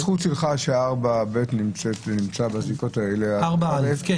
אם זו הזכות שלך ש-4א נמצא בזיקות האלה --- כבודו,